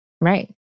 Right